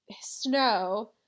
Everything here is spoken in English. Snow